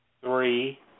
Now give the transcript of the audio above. Three